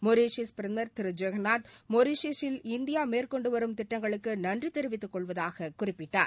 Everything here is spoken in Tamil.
மொரிஷியஸ் பிரதமர் திரு ஜெகநாத் மொரீஷியஸில் இந்தியா மேற்கொண்டு வரும் திட்டங்களுக்கு நன்றி தெரிவித்துக் கொள்வதாகக் குறிப்பிட்டார்